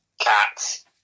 Cats